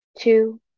two